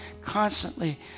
constantly